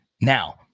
Now